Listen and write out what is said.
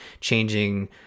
changing